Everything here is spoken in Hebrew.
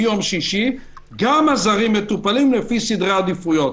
מיום שישי גם הזרים מטופלים לפי סדרי עדיפות.